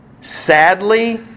Sadly